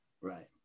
Right